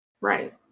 Right